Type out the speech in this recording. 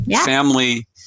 Family